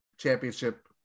championship